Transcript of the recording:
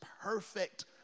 perfect